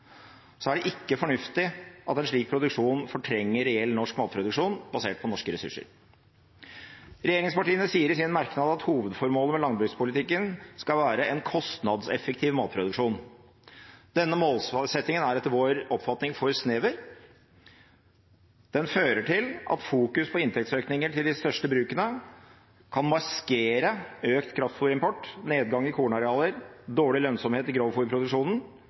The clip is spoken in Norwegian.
er det ikke fornuftig at en slik produksjon fortrenger reell norsk matproduksjon, basert på norske ressurser. Regjeringspartiene sier i sin merknad at «hovedformålet med landbrukspolitikken skal være en kostnadseffektiv matproduksjon». Denne målsettingen er etter vår oppfatning for snever. Den fører til at fokusering på inntektsøkninger til de største brukene kan maskere økt kraftfôrimport, nedgang i kornarealer, dårlig lønnsomhet i